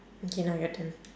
okay now your turn